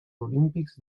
olímpics